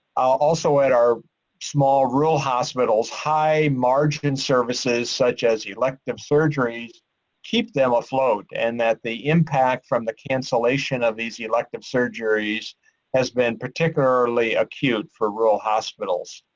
also, at our small rural hospitals, high margin services such as elective surgeries keep them afloat and that the impact from the cancellation of these elective surgeries has been particularly acute for rural hospitals.